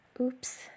Oops